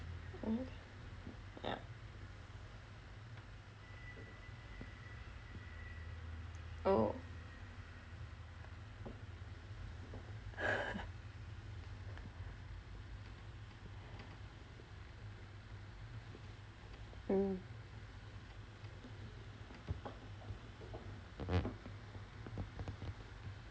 yup oh mm